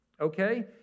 Okay